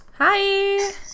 Hi